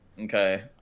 okay